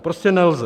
Prostě nelze.